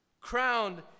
crowned